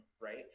right